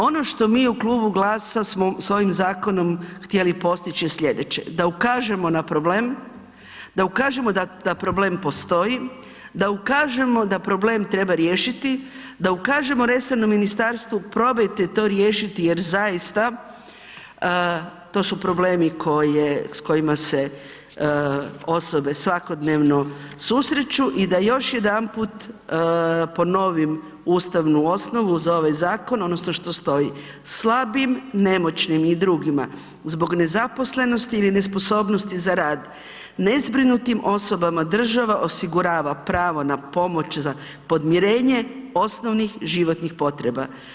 Ono što mi u klubu GLAS-a smo s ovim zakonom htjeli postići sljedeće, da ukažemo na problem, da ukažemo da problem postoji, da ukažemo da problem treba riješiti, da ukažemo resornom ministarstvu probajte to riješiti jer zaista to su problemi s kojima se osobe svakodnevno susreću i da još jedanput ponovim ustavnu osnovu za ovaj zakon odnosno što stoji: „Slabim, nemoćnim i drugima zbog nezaposlenosti ili nesposobnosti za rad, nezbrinutim osobama država osigurava pravo na pomoć za podmirenje osnovnih životnih potreba.